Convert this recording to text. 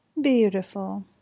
Beautiful